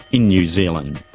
in new zealand.